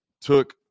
took